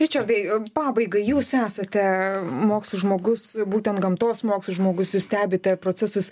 ričardai pabaigai jūs esate mokslų žmogus būtent gamtos mokslų žmogus jūs stebite procesus